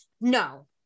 no